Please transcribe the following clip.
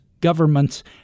governments